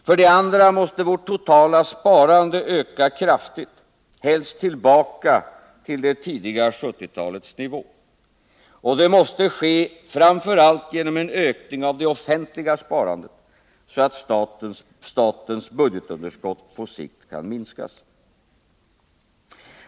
För det andra måste vårt totala sparande öka kraftigt, helst tillbaka till det tidiga 1970-talets nivå. Och det måste ske framför allt genom en ökning av det offentliga sparandet, så att statens budgetunderskott på sikt kan minskas.